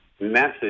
message